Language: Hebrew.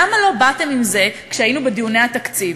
למה לא באתם עם זה כשהיינו בדיוני התקציב?